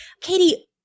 Katie